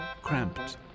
cramped